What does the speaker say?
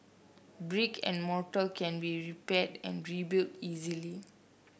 brick and mortar can be repaired and rebuilt easily